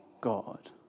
God